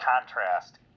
contrast